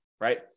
right